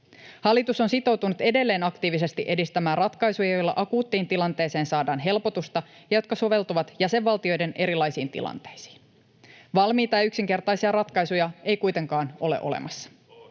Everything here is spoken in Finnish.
Hallitus on sitoutunut edelleen aktiivisesti edistämään ratkaisuja, joilla akuuttiin tilanteeseen saadaan helpotusta ja jotka soveltuvat jäsenvaltioiden erilaisiin tilanteisiin. Valmiita ja yksinkertaisia ratkaisuja ei kuitenkaan ole olemassa.